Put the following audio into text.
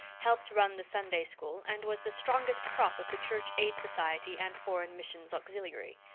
helped run the sunday-school, and was the strongest prop of the church aid society and foreign missions auxiliary.